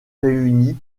réunis